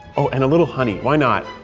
oh, and a little honey, why not?